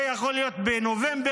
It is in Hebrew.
זה יכול להיות בנובמבר,